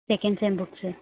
second sem books